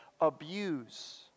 abuse